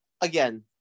again